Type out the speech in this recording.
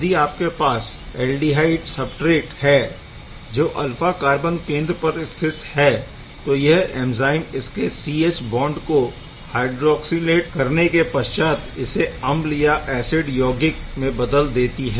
यदि आपके पास ऐल्डिहाइड सबस्ट्रेट है जो अल्फा कार्बन केंद्र पर स्थित है तो यह ऐंज़ाइम इसके C H बॉन्ड को हायड्रॉक्सिलेट करने के पश्चातइसे अम्ल या ऐसिड यौगिक में बादल देती है